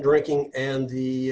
drinking and the